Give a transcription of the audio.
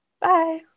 Bye